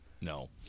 No